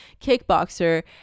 kickboxer